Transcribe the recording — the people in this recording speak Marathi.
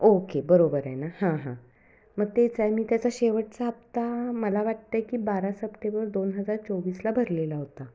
ओके बरोबर आहे ना हां हां मग तेच आहे मी त्याचा शेवटचा हप्ता मला वाटतं आहे की बारा सप्टेबर दोन हजार चोवीसला भरलेला होता